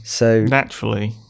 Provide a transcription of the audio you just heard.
naturally